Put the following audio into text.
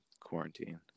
quarantine